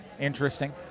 interesting